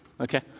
Okay